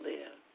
Live